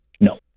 No